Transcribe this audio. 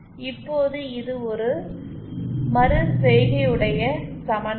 இப்போது இது ஒரு மறுசெய்கையுடைய சமன்பாடு